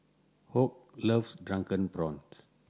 Hoke loves Drunken Prawns